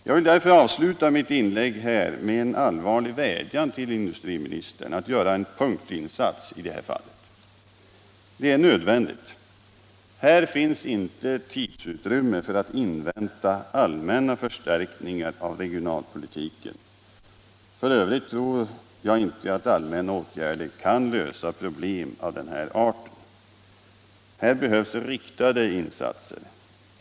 Jag vill därför avsluta mitt inlägg med en allvarlig vädjan till industriministern att göra en punktinsats i detta fall. Det är nödvändigt. Här finns inte tidsutrymme för att invänta allmänna förstärkningar av regionalpolitiken. F. ö. tror jag inte att allmänna åtgärder kan lösa problem av denna art. Här behövs riktade insatser.